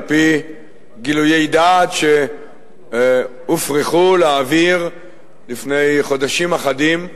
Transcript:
על-פי גילויי דעת שהופרחו לאוויר לפני חודשים אחדים,